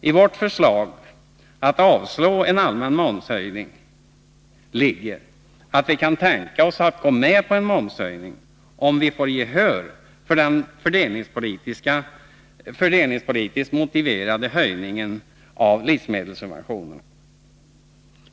I vårt förslag att avslå en allmän momshöjning ligger att vi kan tänka oss att gå med på en momshöjning om vi får gehör för den fördelningspolitiskt motiverade höjningen av livsmedelssubventionerna.